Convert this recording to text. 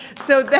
so